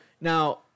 now